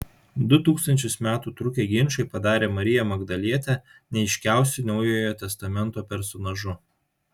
du tūkstančius metų trukę ginčai padarė mariją magdalietę neaiškiausiu naujojo testamento personažu